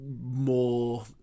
more